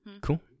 cool